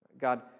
God